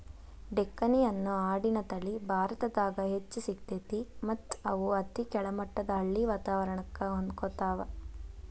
ಡೆಕ್ಕನಿ ಅನ್ನೋ ಆಡಿನ ತಳಿ ಭಾರತದಾಗ್ ಹೆಚ್ಚ್ ಸಿಗ್ತೇತಿ ಮತ್ತ್ ಇವು ಅತಿ ಕೆಳಮಟ್ಟದ ಹಳ್ಳಿ ವಾತವರಣಕ್ಕ ಹೊಂದ್ಕೊತಾವ